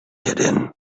hidden